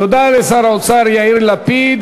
תודה לשר האוצר יאיר לפיד.